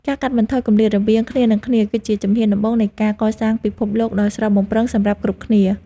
ការកាត់បន្ថយគម្លាតរវាងគ្នានឹងគ្នា គឺជាជំហានដំបូងនៃការកសាងពិភពលោកដ៏ស្រស់បំព្រងសម្រាប់គ្រប់គ្នា។